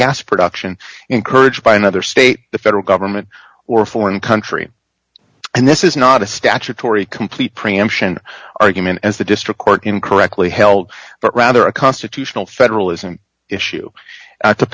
gas production encouraged by another state the federal government or a foreign country and this is not a statutory complete preemption argument as the district court incorrectly held but rather a constitutional federalism issue to